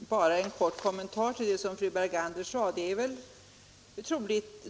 Herr talman! Bara en kort kommentar till vad fru Bergander sade.